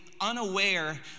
unaware